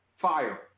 fire